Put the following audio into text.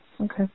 okay